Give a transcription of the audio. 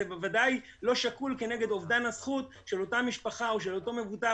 זה בוודאי לא שקול כנגד אובדן הזכות של אותה משפחה או של אותו מבוטח,